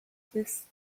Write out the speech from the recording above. this